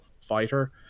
fighter